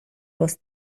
was